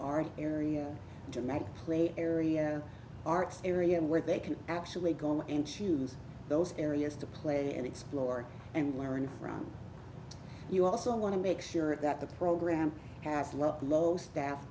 make a play area arts area where they can actually go in choose those areas to play and explore and learn from you also want to make sure that the program haslop low staff